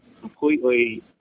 completely